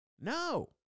No